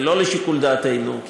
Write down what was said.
זה לא לשיקול דעתנו,